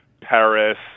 Paris